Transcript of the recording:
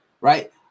right